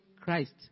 Christ